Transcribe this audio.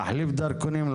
להחליף דרכונים,